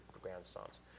grandsons